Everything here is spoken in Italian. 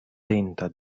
tenta